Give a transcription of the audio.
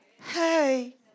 Hey